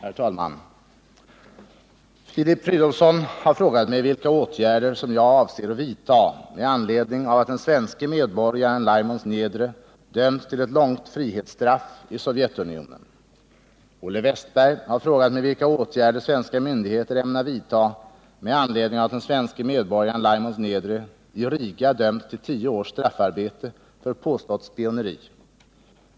Herr talman! Filip Fridolfsson har frågat mig vilka åtgärder jag avser vidta med anledning av att den svenske medborgaren Laimons Niedre dömts till ett långt frihetsstraff i Sovjetunionen. Olle Wästberg har frågat mig vilka åtgärder svenska myndigheter ämnar vidta med anledning av att den svenske medborgaren Laimons Niedre i Riga dömts till tio års straffarbete för påstått spioneri.